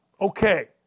Okay